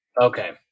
okay